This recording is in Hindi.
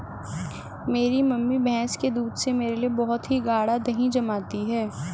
मेरी मम्मी भैंस के दूध से मेरे लिए बहुत ही गाड़ा दही जमाती है